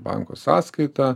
banko sąskaita